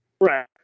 Right